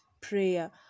prayer